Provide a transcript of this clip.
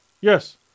Yes